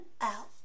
out